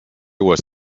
was